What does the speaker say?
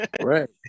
Right